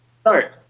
start